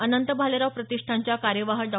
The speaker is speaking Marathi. अनंत भालेराव प्रतिष्ठानच्या कार्यवाह डॉ